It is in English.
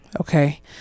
Okay